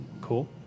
Cool